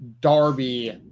Darby